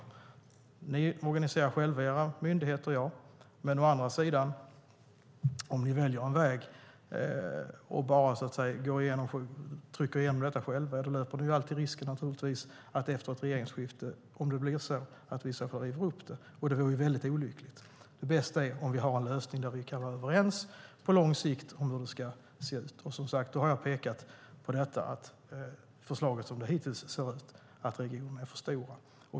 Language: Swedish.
Regeringen organiserar själv sina myndigheter, ja, men om ni väljer en väg och bara trycker igenom detta själva löper ni risken att vi efter ett regeringsskifte, om det blir så, river upp det. Det vore mycket olyckligt. Det bästa är om vi får en lösning där vi kan vara överens om hur det ska se ut på lång sikt. Därför har jag pekat på att regionerna, så som förslaget ser ut, är för stora.